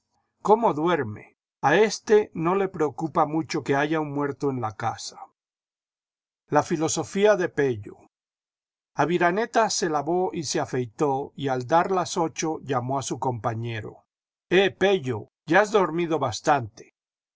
cómo duermel a éste no le preocupa mucho que haya un muerto en la casa la filosofía de pello aviraneta se lavó y se afeitó y al dar las ocho hamo a su compañero jeh pello ya has dormido bastante